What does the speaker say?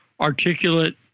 articulate